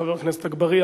חבר הכנסת אגבאריה,